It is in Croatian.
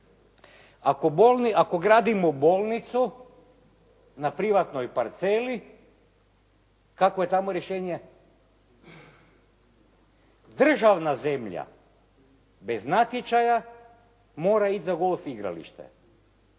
Ako gradimo bolnicu na privatnoj parceli, kakvo je tamo rješenje? Državna zemlja bez natječaja mora ići za golf igralište.